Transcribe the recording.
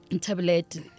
tablet